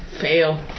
Fail